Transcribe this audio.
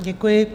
Děkuji.